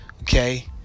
Okay